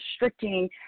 restricting